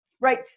right